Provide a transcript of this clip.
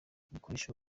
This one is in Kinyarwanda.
ibikoresho